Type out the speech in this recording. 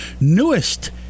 newest